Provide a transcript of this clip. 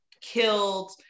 killed